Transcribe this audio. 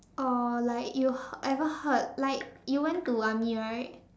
or like you ever heard like you went to army right